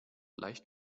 leicht